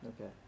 Okay